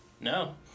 No